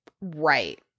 Right